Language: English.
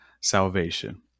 salvation